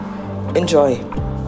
Enjoy